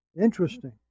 Interesting